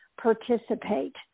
participate